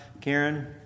Karen